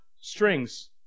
strings